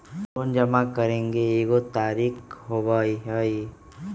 Loan जमा करेंगे एगो तारीक होबहई?